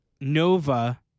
Nova